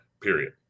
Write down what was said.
period